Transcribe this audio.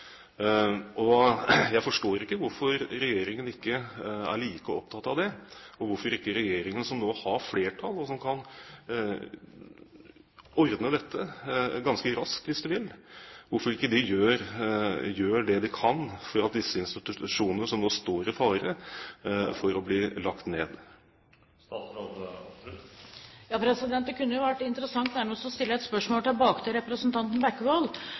Og jeg forstår ikke hvorfor regjeringen ikke er like opptatt av det, og hvorfor ikke regjeringen – som nå har flertall og som kan ordne dette ganske raskt hvis de vil – gjør det de kan for disse institusjonene som nå står i fare for å bli lagt ned. Det kunne vært interessant nærmest å stille et spørsmål tilbake til representanten Bekkevold,